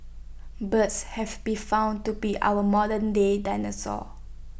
birds have been found to be our modernday dinosaurs